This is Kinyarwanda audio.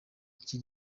iki